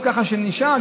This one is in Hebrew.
ככה שאישה,